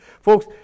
Folks